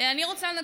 מיכל בירן, רוצה.